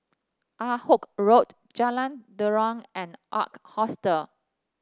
Ah Hood Road Jalan Derum and Ark Hostel